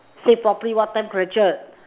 say properly what time captured